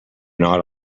not